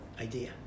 idea